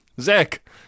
Zach